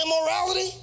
immorality